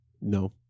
No